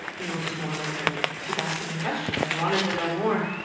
you know, just wanted to, like, keep asking him questions. i wanted to know more.